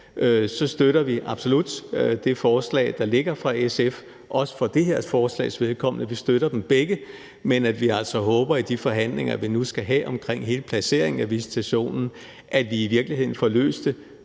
støtter vi absolut det forslag, der ligger fra SF – også for det her forslags vedkommende. Vi støtter dem begge. Men vi håber altså, at vi i de forhandlinger, vi nu skal have om hele placeringen af visitationen, i virkeligheden får løst det